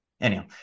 anyhow